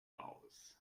aus